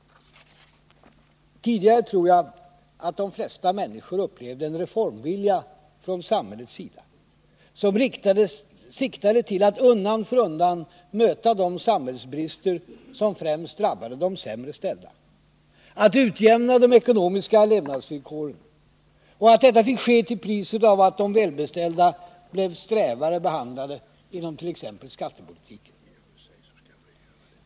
Jag tror att de flesta människor tidigare upplevde en reformvilja från samhällets sida, som siktade till att undan för undan möta de samhällsbrister som främst drabbade de sämre ställda, att utjämna de ekonomiska levnadsvillkoren, och att detta fick ske till priset av att de välbeställda blev strävare behandlade inom t. ex skattepolitiken.